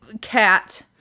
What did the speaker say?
cat